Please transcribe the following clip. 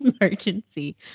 emergency